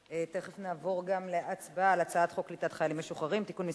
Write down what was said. תיכף גם נעבור להצבעה על הצעת חוק קליטת חיילים משוחררים (תיקון מס'